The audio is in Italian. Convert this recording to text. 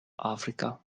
africa